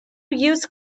use